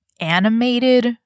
animated